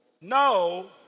No